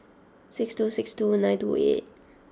six two six two nine two eight eight